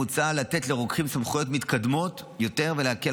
מוצע לתת לרוקחים סמכויות מתקדמות יותר ולהקל